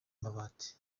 amabati